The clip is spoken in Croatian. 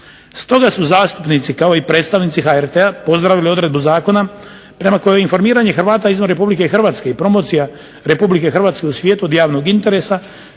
Stoga su zastupnici kao i predstavnici HRT-a pozdravili odredbu Zakona prema kojoj informiranje Hrvata izvan Republike Hrvatske i promocija Republike Hrvatske u svijetu od javnog interesa,